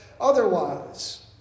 otherwise